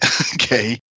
okay